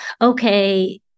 Okay